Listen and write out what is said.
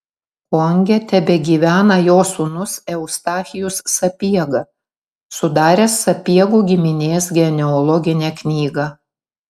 konge tebegyvena jo sūnus eustachijus sapiega sudaręs sapiegų giminės genealoginę knygą